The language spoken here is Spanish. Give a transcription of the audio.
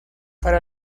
para